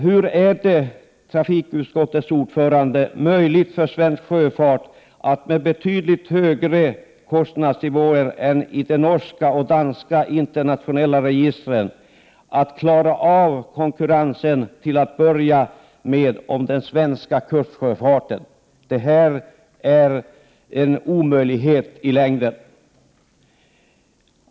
Hur är det, trafikutskottets ordförande, möjligt för den svenska sjöfarten att med betydligt högre kostnadsnivå än den norska och den danska sjöfarten, vilka har internationellt fartygsregister, klara av konkurrensen? Till att börja med kan man tänka på den svenska kustsjöfarten. I längden är det omöjligt.